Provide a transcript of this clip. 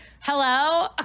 hello